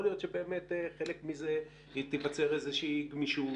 יכול להיות שבאמת חלק מזה, תיווצר איזושהי גמישות